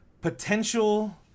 potential